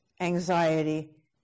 anxiety